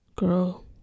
Girl